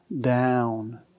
down